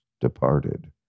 departed